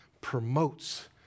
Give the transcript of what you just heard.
promotes